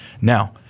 Now